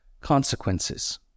consequences